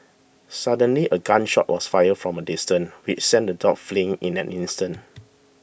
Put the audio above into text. suddenly a gun shot was fired from a distance which sent the dogs fleeing in an instant